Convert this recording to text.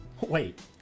Wait